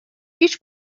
هیچ